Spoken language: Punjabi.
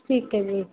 ਠੀਕ ਹੈ ਜੀ